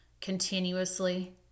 continuously